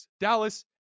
Dallas